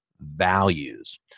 values